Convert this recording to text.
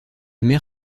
mer